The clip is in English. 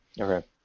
Okay